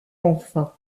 enfin